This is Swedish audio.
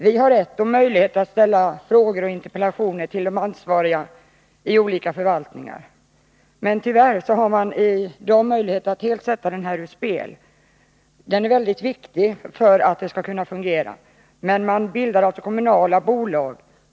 Vi har rätt och möjlighet att ställa frågor och interpellationer till de ansvariga i olika förvaltningar. Men tyvärr har man i dag möjlighet att helt sätta denna för att demokratin skall fungera så viktiga förutsättning helt ur spel, genom att man bildar kommunala bolag.